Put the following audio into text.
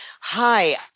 hi